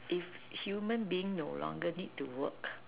if human being no longer need to work